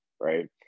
Right